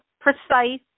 precise